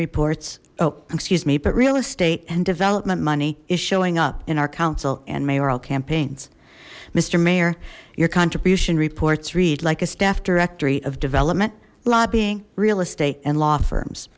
reports oh excuse me but real estate and development money is showing up in our council and mayoral campaigns mister mayor your contribution reports read like a staff directory of development lobbying real estate and law firms